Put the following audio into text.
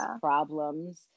problems